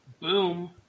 boom